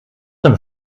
een